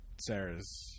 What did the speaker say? Sarah's